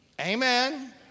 Amen